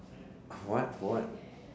what for what